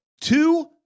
two